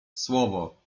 słowo